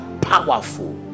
powerful